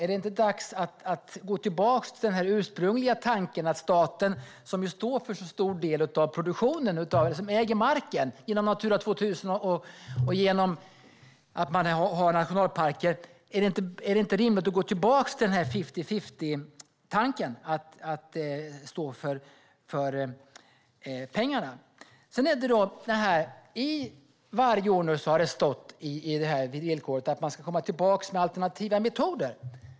Är det inte dags att gå tillbaka till den ursprungliga tanken att finansieringen ska vara fifty-fifty, eftersom staten står för en stor del av produktionen genom att man äger marken inom Natura 2000 och har nationalparker? Varje år har det stått i villkoret att man ska komma tillbaka med alternativa metoder.